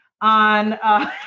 on